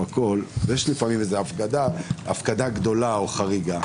ויש לפעמים הגדלה גדולה או חריגה,